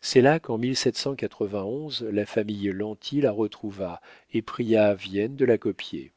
c'est là qu'en la famille lanty la retrouva et pria vien de la copier